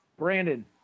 Brandon